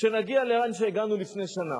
שנגיע לאן שהגענו לפני שנה.